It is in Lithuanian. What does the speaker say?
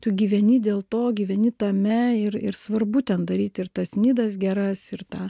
tu gyveni dėl to gyveni tame ir ir svarbu ten daryti ir tas nidas geras ir tą